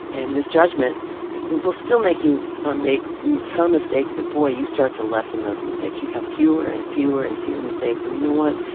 and this judgment it will still make you ah make some mistakes, but boy, you start to lessen those mistakes. you have fewer and fewer and fewer mistakes. and you know what?